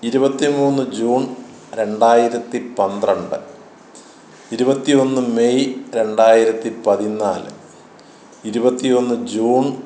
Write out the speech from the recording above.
ഇരുപത്തിമൂന്ന് ജൂൺ രണ്ടായിരത്തി പന്ത്രണ്ട് ഇരുപത്തി ഒന്ന് മെയ് രണ്ടായിരത്തി പതിനാല് ഇരുപത്തി ഒന്ന് ജൂൺ